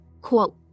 quote